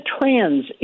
trans